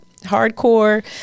hardcore